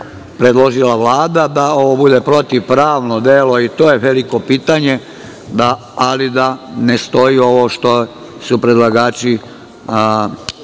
predložila Vlada, da ovo bude protivpravno delo, i to je veliko pitanje, ali da ne stoji ovo što su predlagači